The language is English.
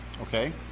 okay